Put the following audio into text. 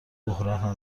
بحرانها